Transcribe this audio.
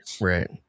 right